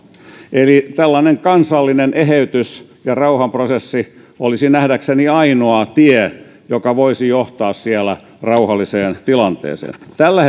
eli tällainen kansallinen eheytys ja rauhanprosessi olisi nähdäkseni ainoa tie joka voisi johtaa siellä rauhalliseen tilanteeseen tällä